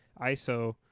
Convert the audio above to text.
ISO